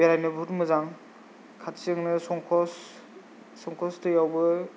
बेरायनो जोबोद मोजां खाथिजोंनो संखस संखस दैयावबो